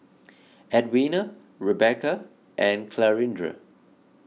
Edwina Rebeca and Clarinda